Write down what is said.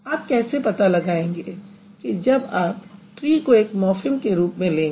आप कैसे इसे पता लगाएंगे जब आप ट्री को एक मॉर्फ़िम के रूप में लेंगे